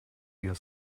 eher